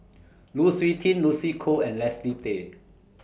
Lu Suitin Lucy Koh and Leslie Tay